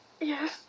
Yes